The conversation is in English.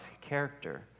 character